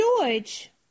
George